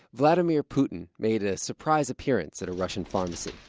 vladimir putin made a surprise appearance at a russian pharmacy,